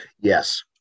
yes